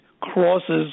crosses